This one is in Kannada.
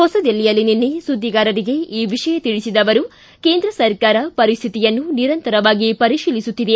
ಹೊಸದಿಲ್ಲಿಯಲ್ಲಿ ನಿನ್ನೆ ಸುದ್ದಿಗಾರರಿಗೆ ಈ ವಿಷಯ ತಿಳಿಸಿದ ಅವರು ಕೇಂದ್ರ ಸರ್ಕಾರ ಪರಿಸ್ಹಿತಿಯನ್ನು ನಿರಂತರವಾಗಿ ಪರಿಶೀಲಿಸುತ್ತಿದೆ